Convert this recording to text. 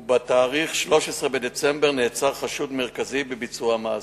וב-13 בדצמבר נעצר חשוד מרכזי בביצוע המעשה,